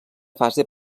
fase